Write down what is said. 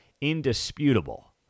indisputable